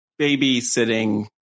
babysitting